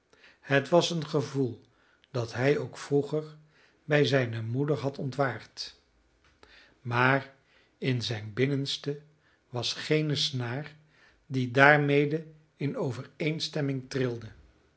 het was een gevoel dat hij ook vroeger bij zijne moeder had ontwaard maar in zijn binnenste was geene snaar die daarmede in overeenstemming trilde